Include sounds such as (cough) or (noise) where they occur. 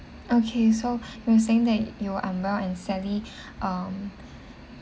okay so (breath) you're saying that you unwell and sally (breath) um